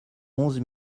onze